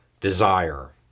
desire